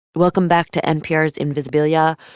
welcome back to npr's invisibilia.